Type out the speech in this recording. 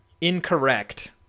incorrect